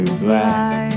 fly